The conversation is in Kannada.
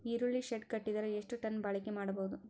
ಈರುಳ್ಳಿ ಶೆಡ್ ಕಟ್ಟಿದರ ಎಷ್ಟು ಟನ್ ಬಾಳಿಕೆ ಮಾಡಬಹುದು?